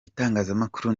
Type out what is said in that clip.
itangazamakuru